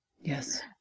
yes